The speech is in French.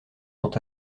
sont